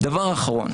דבר אחרון.